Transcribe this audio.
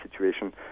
situation